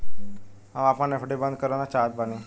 हम आपन एफ.डी बंद करना चाहत बानी